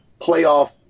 playoff